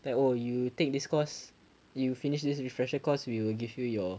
that oh you take this course you finish this refresher course we will give you your